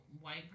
white